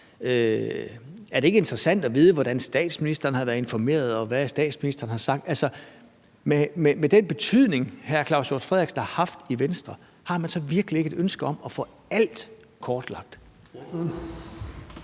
Er det ikke interessant at vide, hvordan statsministeren har været informeret, og hvad statsministeren har sagt? Med den betydning, som hr. Claus Hjort Frederiksen har haft i Venstre, har man så virkelig ikke et ønske om at få alt kortlagt?